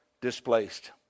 displaced